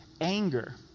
anger